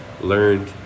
learned